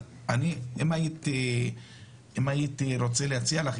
אם הייתי צריך להציע לך,